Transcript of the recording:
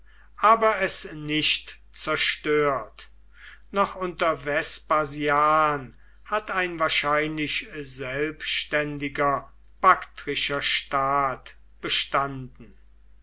aber es nicht zerstört noch unter vespasian hat ein wahrscheinlich selbständiger baktrischer staat bestanden